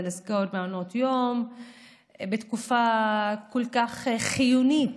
לסגור מעונות יום בתקופה כל כך חיונית.